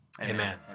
Amen